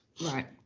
Right